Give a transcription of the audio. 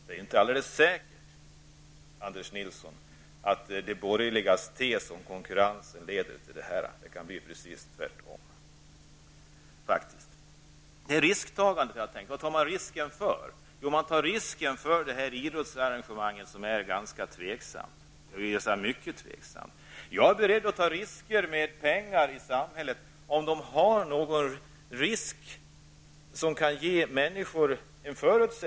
Det är inte alldeles säkert, Anders Nilsson, att de borgerligas tes om konkurrensen i detta fall är viktig. Det kan bli precis tvärtom, faktiskt. Man tar också risker. Hela idrottsarrangemanget är ganska, för att inte säga mycket tveksamt. Jag är beredd att ta risker med samhällets pengar om man kan vinna något.